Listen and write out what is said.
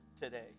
today